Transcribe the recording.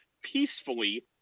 peacefully